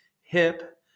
hip